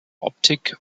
optik